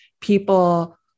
people